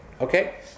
Okay